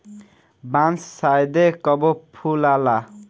बांस शायदे कबो फुलाला